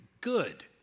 good